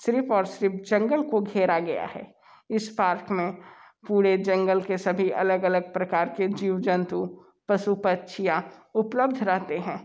सिर्फ और सिर्फ जंगल को घेरा गया है इस पार्क में पूरे जंगल के सभी अलग अलग प्रकार के जीव जन्तु पशु पक्षियाँ उपलब्ध रहते हैं